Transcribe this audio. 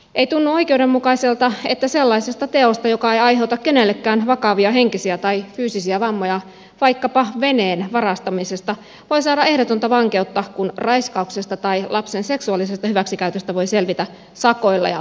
ei tunnu oikeudenmukaiselta että sellaisesta teosta joka ei aiheuta kenellekään vakavia henkisiä tai fyysisiä vammoja vaikkapa veneen varastamisesta voi saada ehdotonta vankeutta kun raiskauksesta tai lapsen seksuaalisesta hyväksikäytöstä voi selvitä sakoilla ja ehdollisella vankeudella